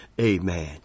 Amen